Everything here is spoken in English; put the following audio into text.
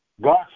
God